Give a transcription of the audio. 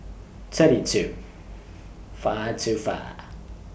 thirty two five two five